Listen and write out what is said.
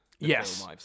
Yes